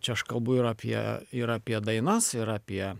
čia aš kalbu ir apie ir apie dainas ir apie